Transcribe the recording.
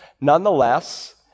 Nonetheless